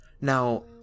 Now